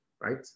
right